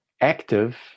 active